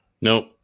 Nope